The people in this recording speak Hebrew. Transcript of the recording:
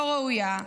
לא ראויה.